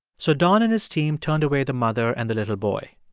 so don and his team turned away the mother and the little boy.